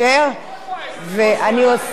20. ואני אוסיף לך.